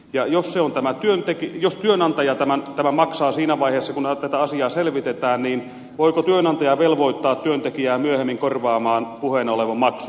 ja jos se on tämän työn teki jos työnantaja tämän maksaa siinä vaiheessa kun tätä asiaa selvitetään niin voiko työnantaja velvoittaa työntekijää myöhemmin korvaamaan puheena olevan maksun